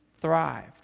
thrived